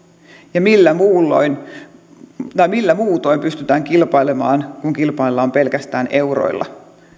ja millä muutoin pystytään kilpailemaan kuin pelkästään euroilla